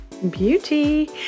beauty